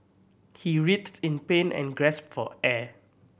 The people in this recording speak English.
he writhed in pain and gasped for air